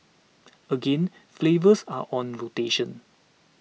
again flavours are on rotation